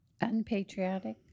unpatriotic